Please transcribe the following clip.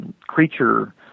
creature